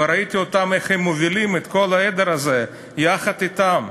וראיתי אותם איך הם מובילים את כל העדר הזה יחד אתם,